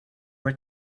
were